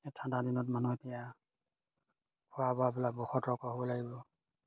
এতিয়া ঠাণ্ডা দিনত মানুহ এতিয়া খোৱা বোৱাবিলাকত সতৰ্ক হ'ব লাগিব